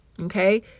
Okay